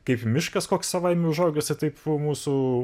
kaip miškas koks savaime užaugęs taip mūsų